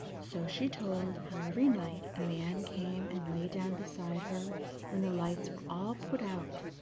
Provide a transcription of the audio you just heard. so she told how every night a man came and lay down beside her when the lights were all put out,